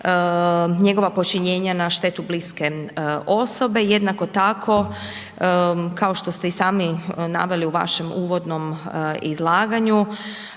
njegova počinjenja na štetu bliske osobe. Jednako tako kao što ste i sami naveli u vašem uvodnom izlaganju